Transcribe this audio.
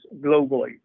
globally